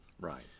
Right